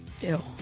Ew